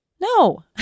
No